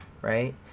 right